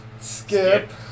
Skip